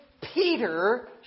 Peter